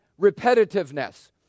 repetitiveness